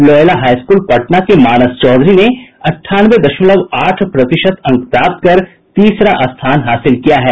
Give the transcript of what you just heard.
Loyola high school Patna के मानस चौधरी ने अट्ठानवे दशमलव आठ प्रतिशत अंक प्राप्त कर तीसरा स्थान हासिल किया है